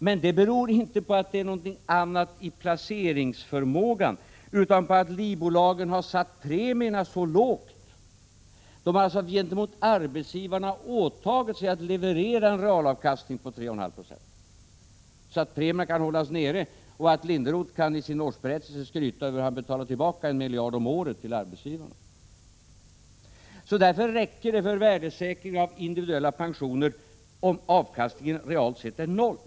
Men det beror inte på någon skillnad vad gäller placeringsförmågan utan på att livbolagen har satt premierna så lågt. De har alltså gentemot arbetsgivarna åtagit sig att leverera en realavkastning på 3,5 Ze, så att premierna kan hållas nere och så att Linderoth i sin årsberättelse kan skryta över att han betalar tillbaka 1 miljard om året till arbetsgivarna. Därför räcker det för värdesäkring av individuella pensioner 51 om avkastningen realt sett är noll.